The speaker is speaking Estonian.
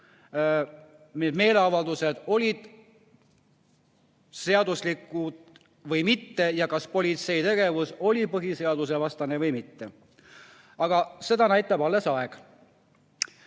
need meeleavaldused olid seaduslikud või mitte ja kas politsei tegevus oli põhiseadusvastane või mitte. Aga seda näitab alles aeg.